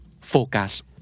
focus